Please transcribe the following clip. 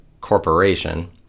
corporation